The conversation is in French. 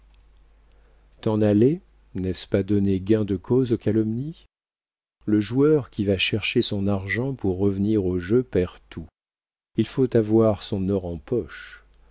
aller n'est-ce pas donner gain de cause aux calomnies le joueur qui va chercher son argent pour revenir au jeu perd tout il faut avoir son or en poche